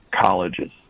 colleges